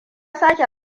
sake